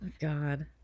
God